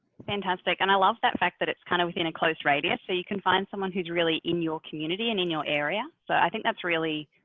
fantastic. and i love that fact that it's kind of within a close radius. so you can find someone who's really in your community and in your area. so i think that's really,